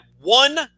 one